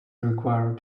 require